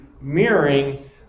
mirroring